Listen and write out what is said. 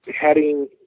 heading